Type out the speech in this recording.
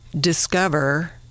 discover